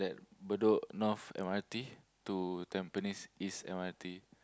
Bedok North M_R_T to Tampines East M_R_T